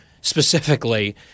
specifically